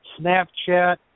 Snapchat